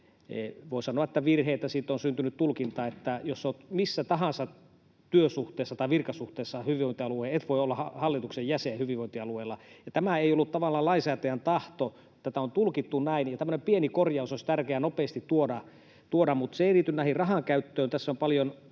voi sanoa, virhe, josta on syntynyt tulkinta, että jos olet missä tahansa työsuhteessa tai virkasuhteessa hyvinvointialueella, et voi olla hallituksen jäsen hyvinvointialueella. Tämä ei ollut tavallaan lainsäätäjän tahto, mutta tätä on tulkittu näin. Tämmöinen pieni korjaus olisi tärkeää nopeasti tuoda, vaikka se ei liity rahan käyttöön.